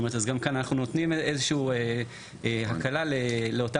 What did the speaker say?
גם כאן אנחנו נותנים איזושהי הקלה לאותם